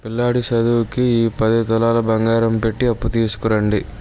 పిల్లాడి సదువుకి ఈ పది తులాలు బంగారం పెట్టి అప్పు తీసుకురండి